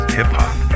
hip-hop